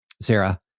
Sarah